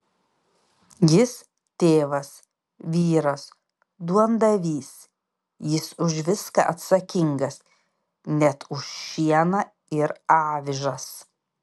jis tėvas vyras duondavys jis už viską atsakingas net už šieną ir avižas